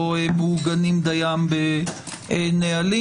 לא מעוגנים דיים בנהלים.